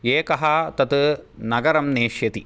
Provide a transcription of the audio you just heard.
एकः तत् नगरं नेष्यति